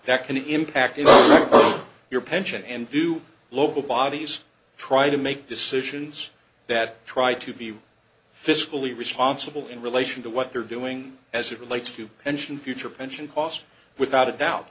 that can impact your pension and do local bodies try to make decisions that try to be fiscally responsible in relation to what they're doing as it relates to pension future pension costs without a doubt